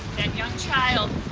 and young child,